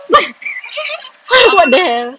what the hell